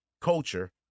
culture